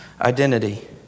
identity